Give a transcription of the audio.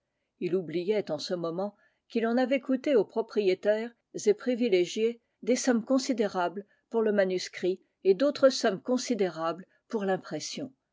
il oubliait en ce moment qu'il en avait coûté aux propriétaires et privilégiés des sommes considérables pour le manuscrit et d'autres sommes considérables pour l'impression